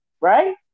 right